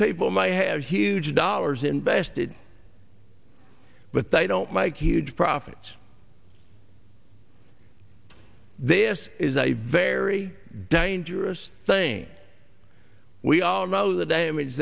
people might have huge dollars invested but they don't make huge profits this is a very dangerous thing we all know the damage